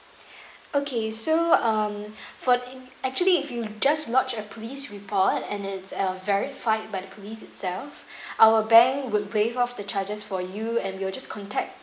okay so um for in actually if you just lodge a police report and then it's uh verified by the police itself our bank would waive off the charges for you and we will just contact